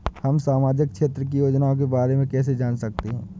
हम सामाजिक क्षेत्र की योजनाओं के बारे में कैसे जान सकते हैं?